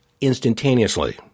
instantaneously